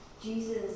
Jesus